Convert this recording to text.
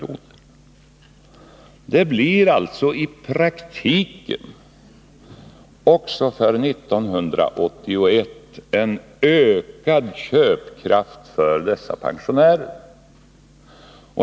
I praktiken får alltså dessa pensionärer också 1981 en ökad köpkraft.